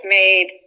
made